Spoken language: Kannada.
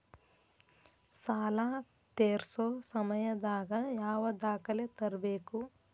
ಸಾಲಾ ತೇರ್ಸೋ ಸಮಯದಾಗ ಯಾವ ದಾಖಲೆ ತರ್ಬೇಕು?